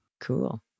Cool